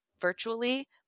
virtually